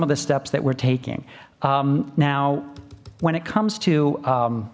of the steps that we're taking now when it comes to